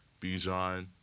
Bijan